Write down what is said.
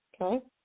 Okay